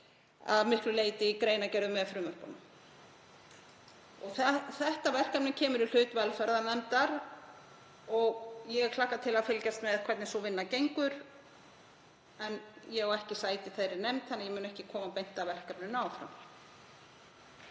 að miklu leyti í greinargerðum með frumvörpunum. Þetta verkefni kemur í hlut velferðarnefndar og ég hlakka til að fylgjast með hvernig sú vinna mun ganga. Ég á ekki sæti í þeirri nefnd þannig að ég mun ekki koma beint að verkefninu áfram.